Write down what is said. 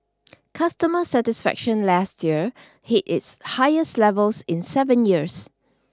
customer satisfaction last year hit its highest levels in seven years